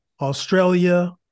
Australia